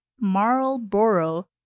Marlboro